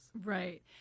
Right